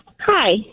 Hi